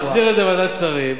נחזיר את זה לוועדת שרים,